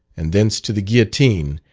and thence to the guillotine,